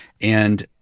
And-